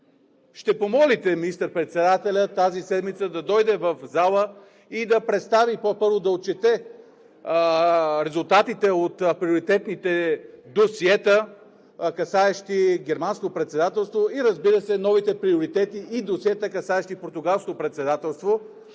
ще помолите министър-председателя тази седмица да дойде в залата и да представи, или по-скоро да отчете резултатите от приоритетните досиета, касаещи Германското председателство, и, разбира се, новите приоритети и досиета, касаещи Португалското председателство.